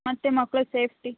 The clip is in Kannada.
ಮತ್ತೆ ಮಕ್ಳ ಸೇಫ್ಟಿ